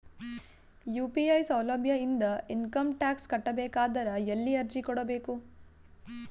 UPI ಸೌಲಭ್ಯ ಇಂದ income tax ಕಟ್ಟಬೇಕಾದರ ಎಲ್ಲಿ ಅರ್ಜಿ ಕೊಡಬೇಕು?